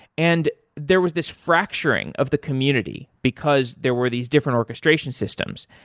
and there was this fracturing of the community, because there were these different orchestration systems.